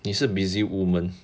你是 busy woman